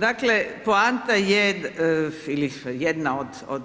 Dakle, poanta je ili jedan od